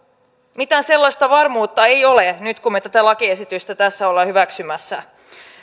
mitään sellaista varmuutta ei ole nyt kun me tätä lakiesitystä tässä olemme hyväksymässä